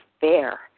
fair